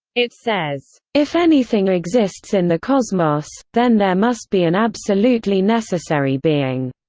it says, if anything exists in the cosmos, then there must be an absolutely necessary being.